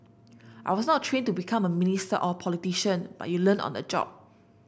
I was not trained to become a minister or a politician but you learn on the job